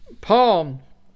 Paul